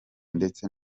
ndetse